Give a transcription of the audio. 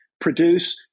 produce